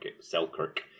Selkirk